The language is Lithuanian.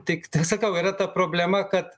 tik sakau yra ta problema kad